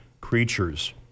creatures